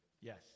Yes